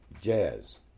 jazz